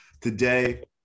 Today